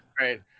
Right